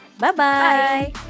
Bye-bye